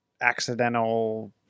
accidental